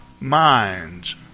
minds